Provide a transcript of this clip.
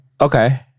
Okay